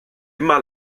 immer